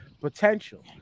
potential